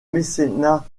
mécénat